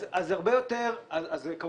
אז זה הרבה יותר --- זה ברור.